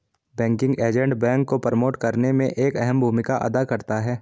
banking agent bank को promote करने में एक अहम भूमिका अदा करता है